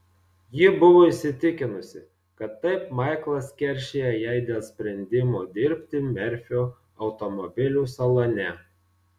ji buvo įsitikinusi kad taip maiklas keršija jai dėl sprendimo dirbti merfio automobilių salone